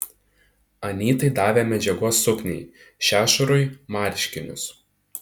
anytai davė medžiagos sukniai šešurui marškinius